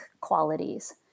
qualities